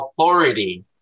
authority